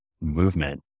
movement